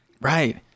Right